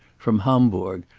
from homburg,